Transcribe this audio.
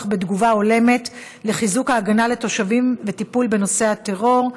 בנושא: הצורך בתגובה הולמת לחיזוק ההגנה לתושבים וטיפול בנושא הטרור.